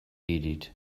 edith